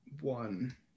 one